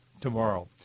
tomorrow